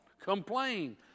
complain